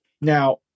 now